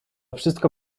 wszystko